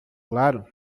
claro